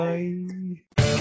Bye